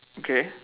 okay